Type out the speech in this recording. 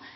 i